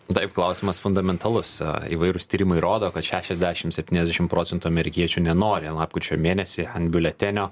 taip klausimas fundamentalus įvairūs tyrimai rodo kad šešiasdešimt septyniasdešimt procentų amerikiečių nenori lapkričio mėnesį ant biuletenio